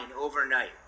overnight